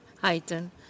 heighten